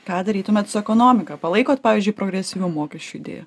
ką darytumėt su ekonomika palaikot pavyzdžiui progresivių mokesčių idėją